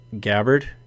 Gabbard